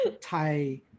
Thai